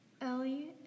Ellie